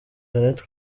jeannette